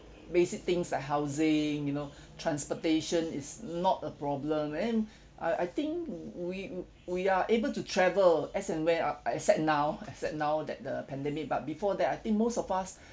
basic things like housing you know transportation is not a problem and then I I think we we are able to travel as and when uh except now except now that the pandemic but before that I think most of us